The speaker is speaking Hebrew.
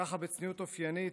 ככה, בצניעות אופיינית,